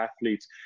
athletes